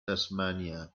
tasmania